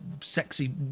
sexy